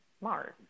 Mars